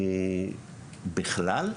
בכלל?